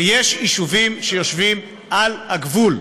ויש יישובים שיושבים על הגבול.